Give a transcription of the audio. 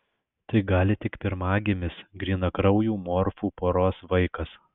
tai gali tik pirmagimis grynakraujų morfų poros vaikas